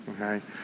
okay